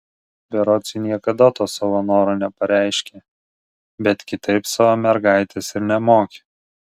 berods ji niekada to savo noro nepareiškė bet kitaip savo mergaitės ir nemokė